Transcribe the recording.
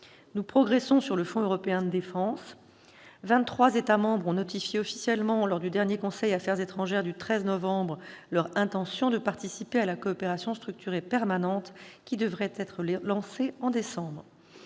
Nous progressons sur le Fonds européen de la défense. Vingt-trois États membres ont notifié officiellement lors du dernier conseil Affaires étrangères du 13 novembre leur intention de participer à la coopération structurée permanente, qui devrait être lancée en décembre.